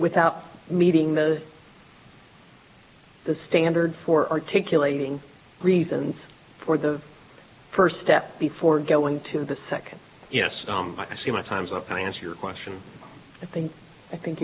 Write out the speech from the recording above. without meeting those the standard for articulating reasons for the first step before going to the second yes i see my time's up answer your question i think i think